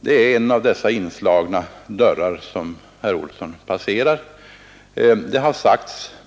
Detta är en av de öppna dörrar som herr Olsson vill slå in.